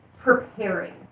preparing